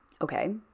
Okay